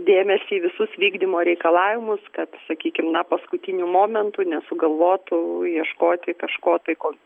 dėmesį į visus vykdymo reikalavimus kad sakykim na paskutiniu momentu nesugalvotų ieškoti kažko tai ko